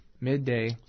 midday